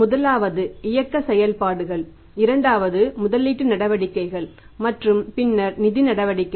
முதலாவது இயக்க செயல்பாடுகள் இரண்டாவதாக முதலீட்டு நடவடிக்கைகள் மற்றும் பின்னர் நிதி நடவடிக்கைகள்